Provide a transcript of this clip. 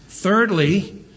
Thirdly